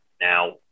now